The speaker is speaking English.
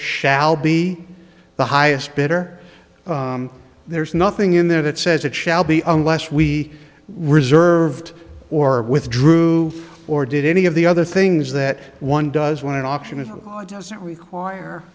shall be the highest bidder there's nothing in there that says it shall be unless we reserved or withdrew or did any of the other things that one does when an auction is god doesn't require